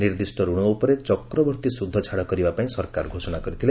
ନିର୍ଦ୍ଦିଷ୍ଟ ରଣ ଉପରେ ଚକ୍ରବର୍ତ୍ତୀ ସୁଧ ଛାଡ଼ କରିବା ପାଇଁ ସରକାର ଘୋଷଣା କରିଥିଲେ